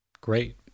great